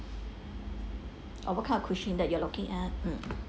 or what kind of cuisine that you are looking at mm